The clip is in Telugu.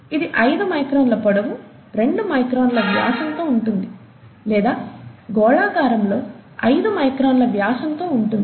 ఇది 5 మైక్రాన్స్ పొడవు 2 మైక్రాన్స్ వ్యాసంతో ఉంటుంది లేదా గోళాకారంలో 5 మైక్రాన్ల వ్యాసంతో ఉంటుంది